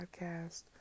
Podcast